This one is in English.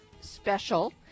special